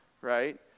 right